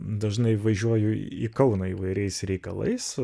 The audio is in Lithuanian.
dažnai važiuoju į kauną įvairiais reikalais